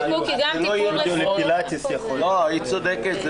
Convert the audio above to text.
היא צודקת.